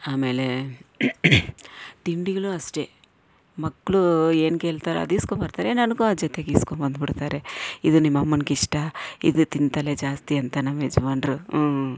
ಆಮೇಲೆ ತಿಂಡಿಗಳು ಅಷ್ಟೇ ಮಕ್ಳು ಏನು ಕೇಳ್ತಾರೆ ಅದೇ ಇಸ್ಕೊಂಬರ್ತಾರೆ ನನಗೂ ಅದು ಜೊತೆಗೆ ಇಸ್ಕೊಂಬಂದು ಬಿಡ್ತಾರೆ ಇದು ನಿಮ್ಮಮ್ಮನ್ಗೆ ಇದು ತಿಂತಾಳೆ ಜಾಸ್ತಿ ಅಂತ ನಮ್ಮ ಯಜಮಾನ್ರು ಹ್ಞೂ